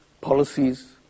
policies